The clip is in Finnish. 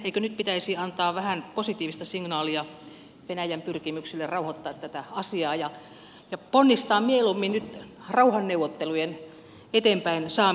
eikö nyt pitäisi antaa vähän positiivista signaalia venäjän pyrkimyksille rauhoittaa tätä asiaa ja ponnistaa mieluummin nyt rauhanneuvottelujen eteenpäin saamiseksi